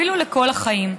אפילו לכל החיים,